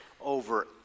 over